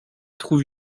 trouve